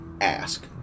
ask